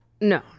No